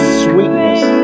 sweetness